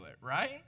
right